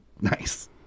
Nice